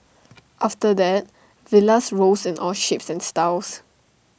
after that villas rose in all shapes and styles